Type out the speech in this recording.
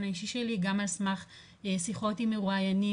האישי שלי גם על סמך שיחות עם מרואיינים,